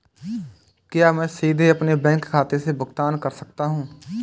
क्या मैं सीधे अपने बैंक खाते से भुगतान कर सकता हूं?